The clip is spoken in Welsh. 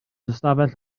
ystafell